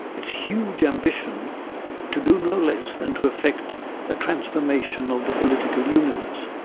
its huge ambition to do no less than to effect a transformation of the political universe